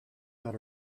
that